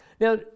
Now